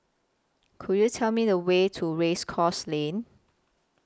Could YOU Tell Me The Way to Race Course Lane